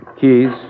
Keys